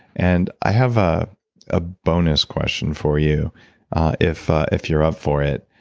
and i have a ah bonus question for you if if you're up for it.